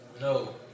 No